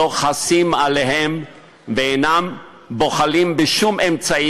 לא חסים עליהם ולא בוחלים בשום אמצעי